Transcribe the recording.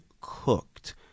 cooked